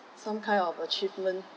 some kind of achievement